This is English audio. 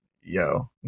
yo